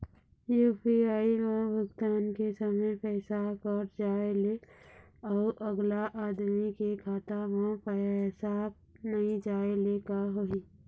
UPI म भुगतान के समय पैसा कट जाय ले, अउ अगला आदमी के खाता म पैसा नई जाय ले का होही?